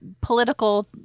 political